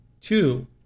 Two